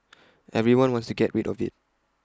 everyone wants to get rid of IT